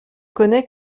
connaît